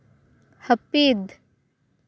ᱦᱟᱹᱯᱤᱫ